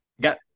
Got